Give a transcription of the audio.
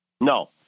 No